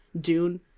Dune